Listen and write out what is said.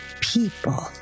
people